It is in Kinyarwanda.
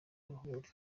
uruhuri